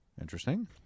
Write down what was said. Interesting